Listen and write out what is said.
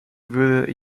würde